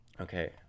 Okay